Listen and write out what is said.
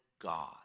God